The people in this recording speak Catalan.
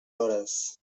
hores